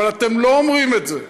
אבל אתם לא אומרים את זה.